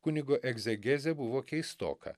kunigo egzegezė buvo keistoka